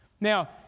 Now